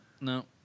no